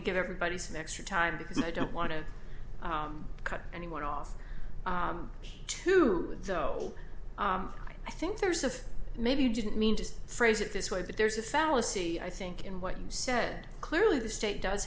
to give everybody some extra time because i don't want to cut anyone off too though i think there's a maybe you didn't mean to phrase it this way but there's a fallacy i think in what you said clearly the state does